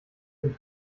dem